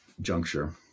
juncture